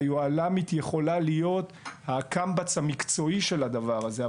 היוהל"מית יכולה להיות הקמב"ץ המקצועי של הדבר הזה,